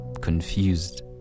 confused